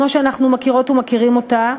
כמו שאנחנו מכירים ומכירות אותה,